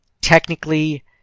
technically